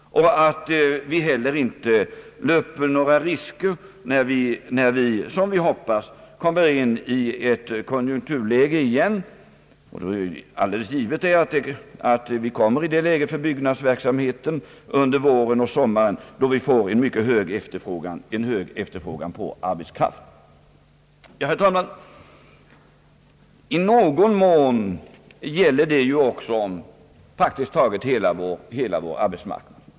Jag tror inte heller att vi då löper någon risk av det slag som jag här antytt när vi åter får ett annat och bättre konjunkturläge — det är alldeles givet att vi får det under våren och sommaren — med mycket stor efterfrågan på arbetskraft. Herr talman! I någon mån gäller ju detta också om praktiskt taget hela vår arbetsmarknad.